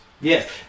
Yes